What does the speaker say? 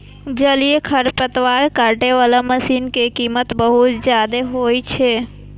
जलीय खरपतवार काटै बला मशीन के कीमत बहुत जादे होइ छै